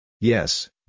Yes